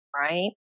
right